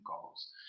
goals